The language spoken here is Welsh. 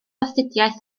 astudiaeth